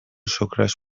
شکرش